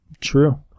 True